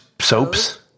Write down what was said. soaps